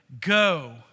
go